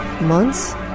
months